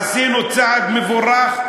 עשינו צעד מבורך,